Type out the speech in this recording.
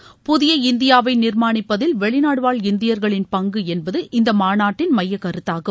புதிய இந்தியாவை நிர்மாணிப்பதில் வெளிநாடு வாழ் இந்தியர்களின் பங்கு என்பது இந்த மாநாட்டின் மையக் கருத்தாகும்